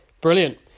Brilliant